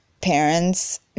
parents